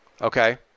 okay